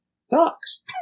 sucks